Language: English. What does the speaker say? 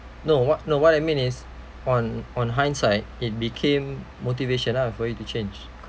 no what no what I mean is on on hindsight it became motivation lah for you to change